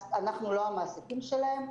אז אנחנו לא המעסיקים שלהם,